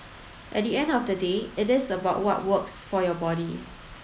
at the end of the day it is about what works for your body